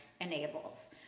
enables